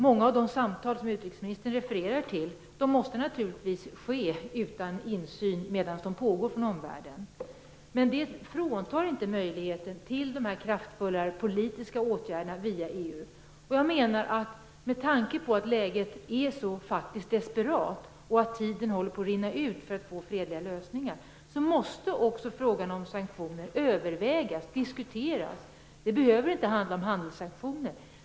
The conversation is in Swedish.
Många av de samtal som utrikesministern refererar till måste naturligtvis föras utan insyn från omvärlden medan de pågår. Men det minskar inte möjligheten till kraftfulla politiska åtgärder via EU. Med tanke på att läget är så desperat och tiden håller på att rinna ut för fredliga lösningar, måste också frågan om sanktioner övervägas och diskuteras. Det behöver inte handla om handelssanktioner.